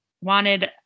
wanted